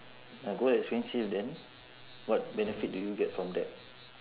ya gold expensive then what benefit do you get from there